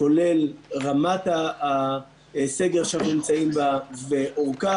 כולל רמת הסגר שאנחנו נמצאים בה ואורכה,